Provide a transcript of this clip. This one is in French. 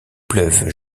pleuve